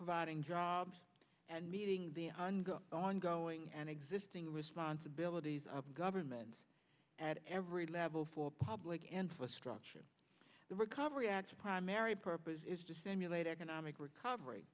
providing jobs and meeting the ongoing and existing responsibilities of governments at every level for public infrastructure the recovery act the primary purpose is to stimulate economic recovery